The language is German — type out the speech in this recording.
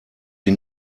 die